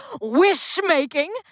wish-making